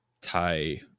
Thai